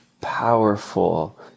powerful